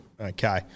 Okay